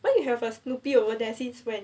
when you have a snoopy over there since when